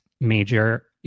major